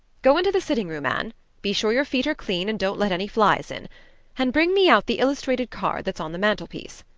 go into the sitting room, anne be sure your feet are clean and don't let any flies in and bring me out the illustrated card that's on the mantelpiece.